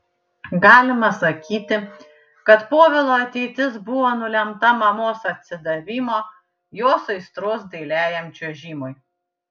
galima sakyti kad povilo ateitis buvo nulemta mamos atsidavimo jos aistros dailiajam čiuožimui